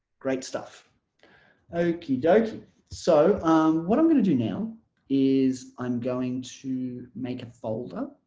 great stuff okey dokey so what i'm going to do now is i'm going to make a folder,